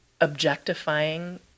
objectifying